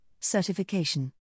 Certification